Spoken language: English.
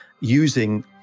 using